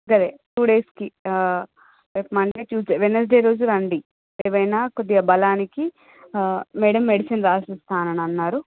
సరే టూ డేస్కి ఒక మండే ట్యూస్డే వెడ్నెస్డే రోజు రండి ఏమైనా కొద్దిగా బలానికి మేడం మెడిసిన్ రాసిస్తానన్నారు